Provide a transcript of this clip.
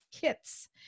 kits